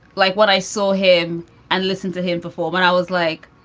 like when i saw him and listen to him before when i was like,